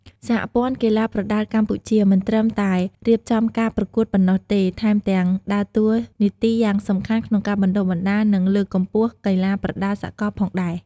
សហព័ន្ធកីឡាប្រដាល់កម្ពុជា មិនត្រឹមតែរៀបចំការប្រកួតប៉ុណ្ណោះទេ ថែមទាំងដើរតួនាទីយ៉ាងសំខាន់ក្នុងការបណ្តុះបណ្តាល និងលើកកម្ពស់កីឡាប្រដាល់សកលផងដែរ។